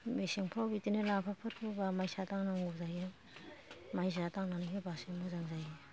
मेसेंफ्राव बिदिनो लाफाफोर फोबा माइसा दांनांगौ जायो माइसा दांनानै होबासो मोजां जायो